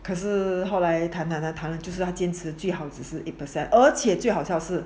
可是后来谈啊谈啊他坚持只是 eight percent 而且最好笑是